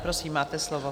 Prosím, máte slovo.